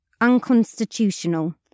unconstitutional